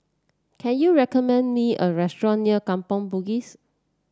can you recommend me a restaurant near Kampong Bugis